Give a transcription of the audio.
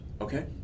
Okay